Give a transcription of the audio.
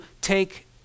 take